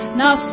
now